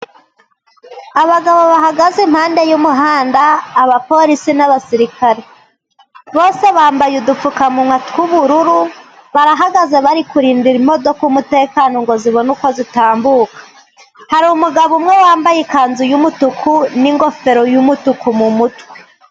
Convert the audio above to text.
Abagabo bahagaze impande y'umuhanda, abaporisi n'abasirikare. Bose bambaye udupfukamunwa tw'ubururu, barahagaze bari kurindira imodoka umutekano ngo zibone uko zitambuka. Hari umugabo umwe wambaye ikanzu y'umutuku n'ingofero y'umutuku mu mutwe.